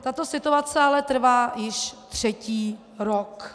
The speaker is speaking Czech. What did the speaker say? Tato situace ale trvá již třetí rok.